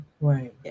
Right